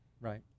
Right